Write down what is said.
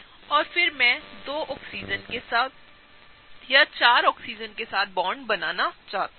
और फिर मैं 2 ऑक्सीजन के साथ या 4 ऑक्सीजन के साथ बॉन्ड बनाना चाहता हूं